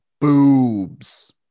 boobs